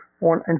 on